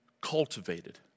cultivated